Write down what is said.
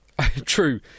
True